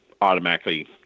automatically